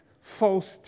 false